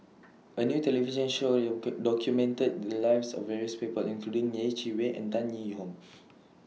A New television Show YOU Could documented The Lives of various People including Yeh Chi Wei and Tan Yee Hong